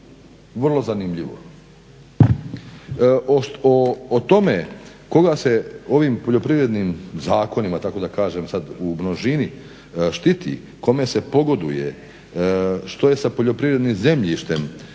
Vrlo zanimljivo. O tome koga se ovim poljoprivrednim zakonima, tako da kažem sad u množini štiti, kome se pogoduje, što je sa poljoprivrednim zemljištem